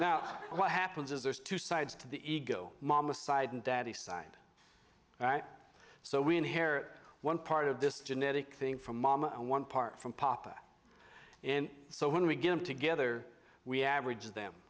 now what happens is there's two sides to the ego mama side and daddy side all right so we inherit one part of this genetic thing from mom and one part from papa and so when we get them together we average them